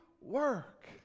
work